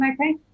Okay